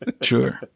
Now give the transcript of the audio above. Sure